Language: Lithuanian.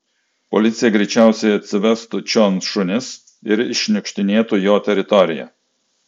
policija greičiausiai atsivestų čion šunis ir iššniukštinėtų jo teritoriją